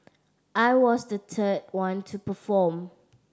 I was the third one to perform